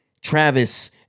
Travis